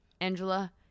Angela